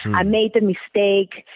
i made a mistake,